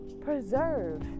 preserve